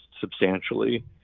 substantially